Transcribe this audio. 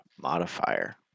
modifier